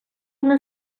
una